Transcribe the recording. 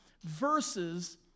verses